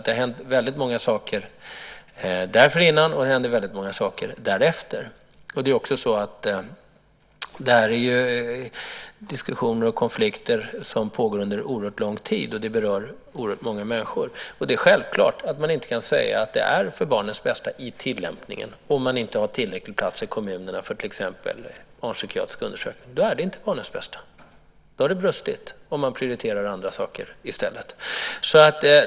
Det har hänt väldigt många saker dessförinnan och händer väldigt många saker därefter. Det här gäller diskussioner och konflikter som pågår under oerhört lång tid, och det berör oerhört många människor. Det är självklart att man inte kan säga att det är för barnets bästa i tillämpningen om man inte har tillräckligt många platser i kommunerna för till exempel barnpsykiatrisk undersökning. Då är det inte för barnets bästa. Det har brustit om man prioriterar andra saker i stället.